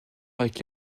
avec